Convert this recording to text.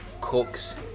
cooks